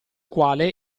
quale